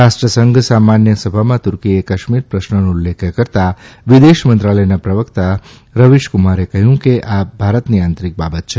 રાષ્ટ્રસંઘ સામાન્ય સભામાં તૂર્કીએ કાશ્મીર પ્રશ્નનો ઉલ્લેખ કરતાં વિદેશ મંત્રાલયના પ્રવક્તા સવીશકુમારે કહ્યું કે આ ભારતની આંતરિક બાબત છે